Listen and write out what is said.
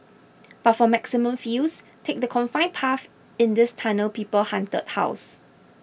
but for maximum feels take the confined path in this Tunnel People Haunted House